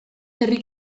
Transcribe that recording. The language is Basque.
herri